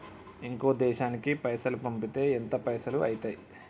ఇంకో దేశానికి పైసల్ పంపితే ఎంత పైసలు అయితయి?